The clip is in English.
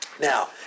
Now